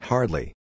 Hardly